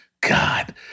God